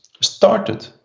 started